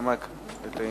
לנמק את העניין.